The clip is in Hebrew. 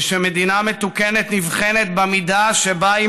ושמדינה מתוקנת נבחנת בַּמידה שבה היא